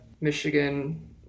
michigan